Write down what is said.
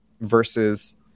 versus